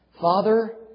Father